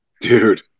dude